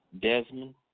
Desmond